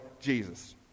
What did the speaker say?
Jesus